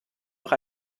noch